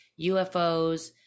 ufos